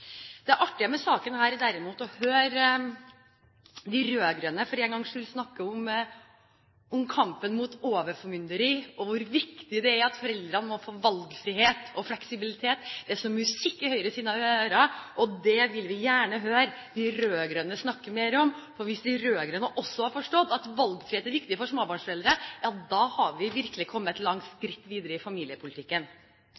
artige med denne saken er derimot å høre de rød-grønne for en gangs skyld snakke om kampen mot overformynderi, og hvor viktig det er at foreldrene må få valgfrihet og fleksibilitet. Det er som musikk i Høyres ører, og det vil vi gjerne høre de rød-grønne snakke mer om. Hvis de rød-grønne også har forstått at valgfrihet er viktig for småbarnsforeldre, ja da har vi virkelig kommet et langt